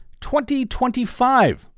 2025